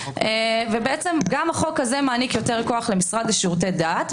גם החוק הזה מעניק יותר כוח למשרד לשירותי דת,